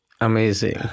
amazing